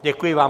Děkuji vám.